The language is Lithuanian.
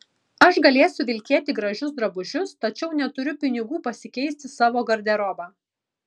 aš galėsiu vilkėti gražius drabužius tačiau neturiu pinigų pasikeisti savo garderobą